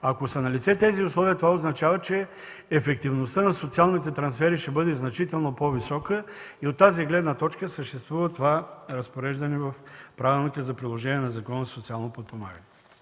са налице, това означава, че ефективността на социалните трансфери ще бъде значително по-висока и от тази гледна точка съществува това разпореждане в Правилника за приложение на Закона за социално подпомагане.